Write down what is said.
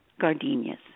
gardenias